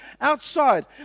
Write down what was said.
outside